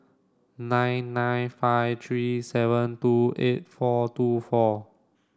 nine nine five three seven two eight four two four